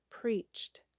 preached